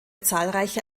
zahlreiche